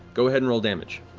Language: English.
go ahead and roll damage.